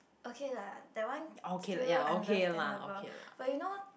okay lah that one still understandable but you know